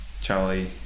Charlie